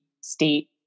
state